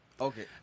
Okay